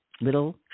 little